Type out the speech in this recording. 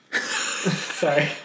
Sorry